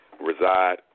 reside